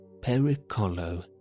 Pericolo